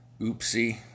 oopsie